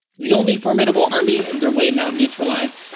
the only formidable army and their way now neutralized,